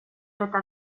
eta